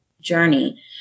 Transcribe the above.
journey